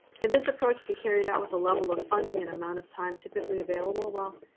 can this approach be carried out with a level of funding and amount of time typically available? well,